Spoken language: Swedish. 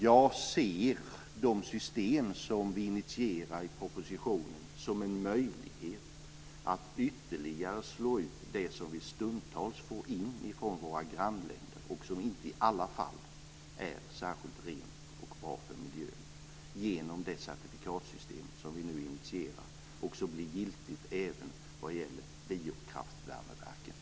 Jag ser de system som vi initierar i propositionen som en möjlighet att ytterligare slå ut det som vi stundtals får in från våra grannländer och som inte alltid är särskilt rent eller bra för miljön. Vi initierar ett certifikatsystem som blir giltigt även för biokraftvärmeverken.